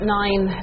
nine